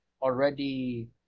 already